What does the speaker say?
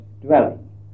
dwelling